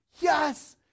Yes